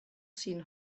seen